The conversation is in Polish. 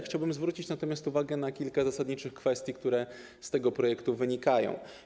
Chciałbym zwrócić natomiast uwagę na kilka zasadniczych kwestii, które z tego projektu wynikają.